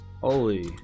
Holy